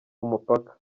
umupaka